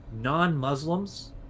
non-muslims